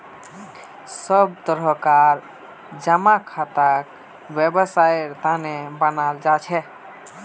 सब तरह कार जमा खाताक वैवसायेर तने बनाल जाहा